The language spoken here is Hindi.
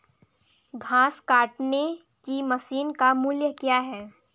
घास काटने की मशीन का मूल्य क्या है?